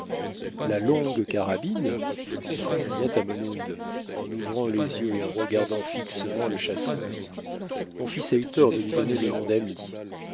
la longue carabine s'écria tamenund en ouvrant les yeux et en regardant fixement le chasseur mon fils a eu tort de lui donner le nom d'ami